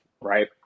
right